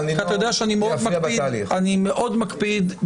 ואתה יודע שאני מאוד מקפיד,